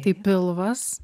tai pilvas